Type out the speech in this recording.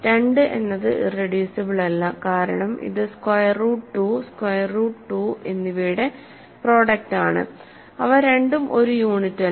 2 എന്നത് ഇറെഡ്യൂസിബിൾ അല്ല കാരണം ഇത് സ്ക്വയർ റൂട്ട് 2 സ്ക്വയർ റൂട്ട് 2 എന്നിവയുടെ പ്രോഡക്ട് ആണ് അവ രണ്ടും ഒരു യൂണിറ്റല്ല